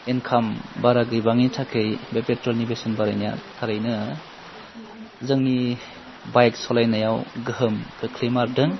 income बारा गैबाङै थाखाय बे पेट्रलनि बेसेन बारायनाया थारैनो जोंनि बाइक सलायनायाव गोहोम खोख्लैमारदों